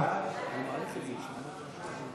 הכנסת (תיקון מס' 46)